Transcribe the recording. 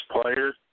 players